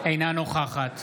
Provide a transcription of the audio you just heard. אינה נוכחת